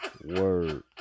Word